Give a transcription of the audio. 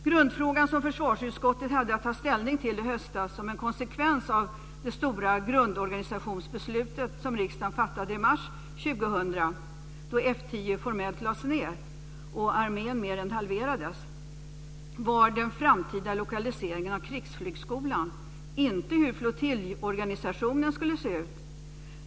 Grundfrågan som försvarsutskottet hade att ta ställning till i höstas som en konsekvens av det stora grundorganisationsbeslutet som riksdagen fattade i mars 2000, då F 10 formellt lades ned och armén mer än halverades, var den framtida lokaliseringen av Krigsflygskolan, inte hur flottiljorganisationen skulle se ut.